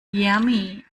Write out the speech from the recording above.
yummy